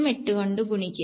08 കൊണ്ട് ഗുണിക്കുക